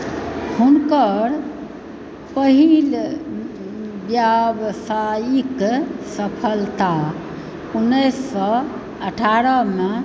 हुनकर पहिल व्यवसायिक सफलता उन्नैस सए अठारहमे